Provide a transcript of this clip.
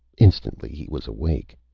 instantly he was awake.